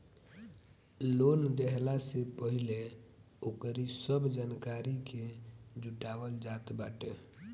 loan देहला से पहिले ओकरी सब जानकारी के जुटावल जात बाटे